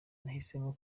nahisemo